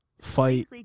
Fight